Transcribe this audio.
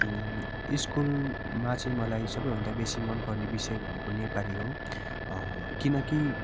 स्कुलमा चाहिँ मलाई सबैभन्दा बेसी मनपर्ने विषय भनेको नेपाली हो किनकि